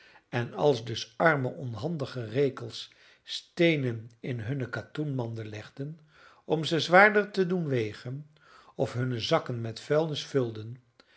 en als dus arme onhandige rekels steenen in hunne katoenmanden legden om ze zwaarder te doen wegen of hunne zakken met vuilnis vulden